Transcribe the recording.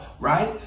Right